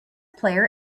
player